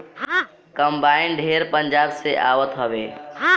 combine ढेर पंजाब से आवत हवे